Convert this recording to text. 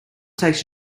takes